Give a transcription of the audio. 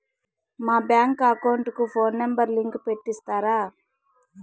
మా bank account కు phone number link పెట్టి ఇస్తారా?